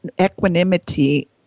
equanimity